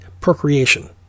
procreation